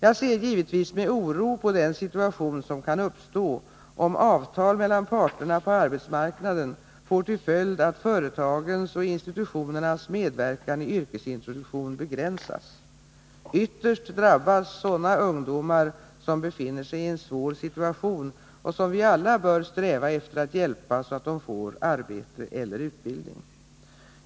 Jag ser givetvis med oro på den situation som kan uppstå, om avtal mellan parterna på arbetsmarknaden får till följd att företagens och institutionernas medverkan i yrkesintroduktion begränsas. Ytterst drabbas sådana ungdomar som befinner sig i en svår situation och som vi alla bör sträva efter att hjälpa så att de får arbete eller utbildning.